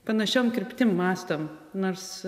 panašiom kryptim mąstom nors